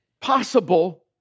possible